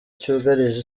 cyugarije